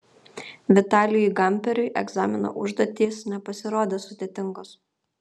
vitalijui gamperiui egzamino užduotys nepasirodė sudėtingos